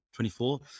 24